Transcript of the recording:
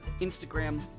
Instagram